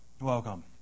Welcome